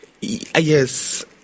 Yes